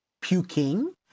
puking